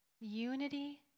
Unity